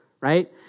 right